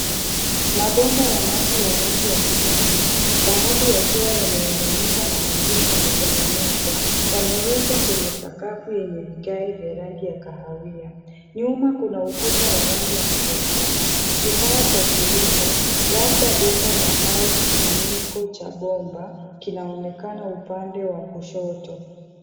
Mabomba ya maji ya rangi ya kijani, baadhi yakiwa yameunganishwa na mengine yametenganishwa yamewekwa kwenye sakafu yenye vigai vya rangi ya kahawia. Nyuma kuna ukuta wa rangi ya matofali. Kifaa cha(cs) cylinder(cs) labda bomba au kifuniko cha bomba kinaonekana upande wa kushoto.